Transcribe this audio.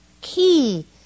key